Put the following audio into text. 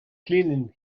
cleaning